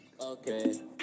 Okay